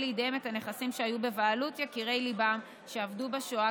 לידיהם את הנכסים שהיו בבעלות יקירי ליבם שאבדו בשואה,